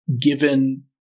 given